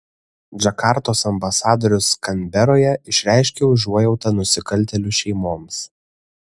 džakartos ambasadorius kanberoje išreiškė užuojautą nusikaltėlių šeimoms